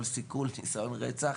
כל סיכול ניסיון רצח